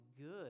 good